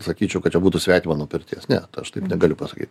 sakyčiau kad čia būtų svetima nuo pirties ne tai aš taip negaliu pasakyt